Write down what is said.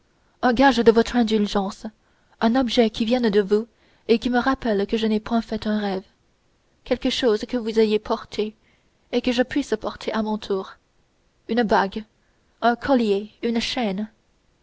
un gage de votre indulgence un objet qui vienne de vous et qui me rappelle que je n'ai point fait un rêve quelque chose que vous ayez porté et que je puisse porter à mon tour une bague un collier une chaîne